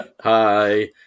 hi